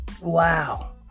Wow